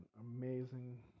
amazing